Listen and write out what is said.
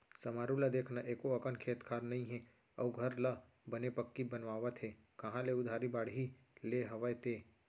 समारू ल देख न एको अकन खेत खार नइ हे अउ घर ल बने पक्की बनवावत हे कांहा ले उधारी बाड़ही ले हवय ते?